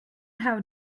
how